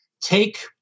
take